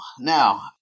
Now